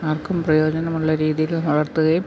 ആർക്കും പ്രയോജനമുള്ള രീതിയിൽ വളർത്തുകയും